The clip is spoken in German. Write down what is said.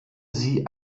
sie